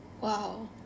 wow